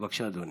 בבקשה, אדוני.